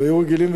והיו רגילים,